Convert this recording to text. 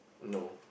no